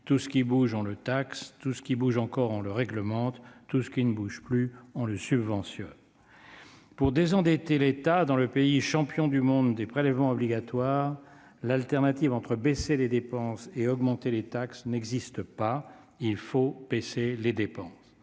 tout ce qui bouge, on le taxe ; tout ce qui bouge encore, on le réglemente ; tout ce qui ne bouge plus, on le subventionne. Pour désendetter l'État dans le pays champion du monde des prélèvements obligatoires, l'alternative entre baisser les dépenses et augmenter les taxes n'existe pas. Il faut baisser les dépenses